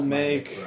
make